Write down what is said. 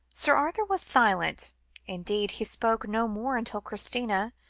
sir arthur was silent indeed, he spoke no more until christina,